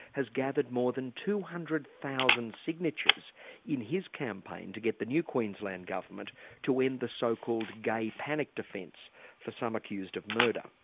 has gathered more than two hundred thousand signatures in his campaign to get the new queensland government to end the so-called gay panic defence for some accused of murder.